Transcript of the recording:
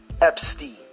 Epstein